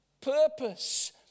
purpose